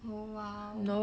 oh !wow!